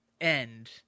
end